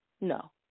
no